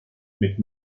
mit